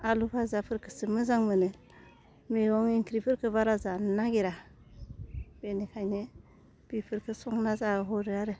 आलु फाजाफोरखौसो मोजां मोनो मेगं ओंख्रिफोरखौ बारा जानो नागिरा बेनिखायनो बिफोरखौ संना जाहोहरो आरो